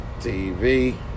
TV